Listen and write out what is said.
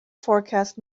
forecast